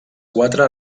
quatre